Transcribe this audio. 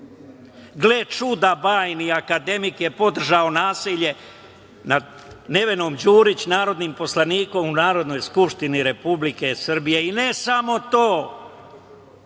Gle čuda, bajni akademik je podržao nasilje nad Nevenom Đurić narodnim poslanikom u Narodnoj skupštini Republike Srbije.O ne samo to,